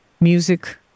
music